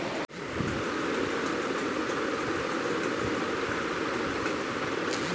সরকার থেকে এই সমস্ত যোজনাগুলো পাওয়া যায়